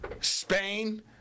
Spain